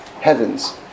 heavens